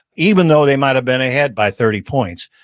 even though they might have been ahead by thirty points,